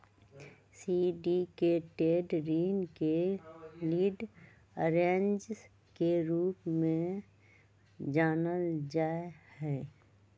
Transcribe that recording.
syndicated ऋण के lead arrangers के रूप में जानल जा हई